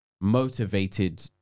Motivated